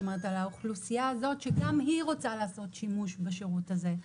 על האוכלוסייה הזאת שגם היא רוצה לעשות שימוש בשירות הזה.